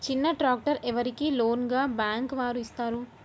చిన్న ట్రాక్టర్ ఎవరికి లోన్గా బ్యాంక్ వారు ఇస్తారు?